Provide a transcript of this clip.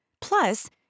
Plus